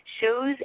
shows